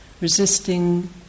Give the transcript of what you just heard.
resisting